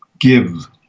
give